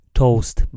toast